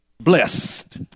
blessed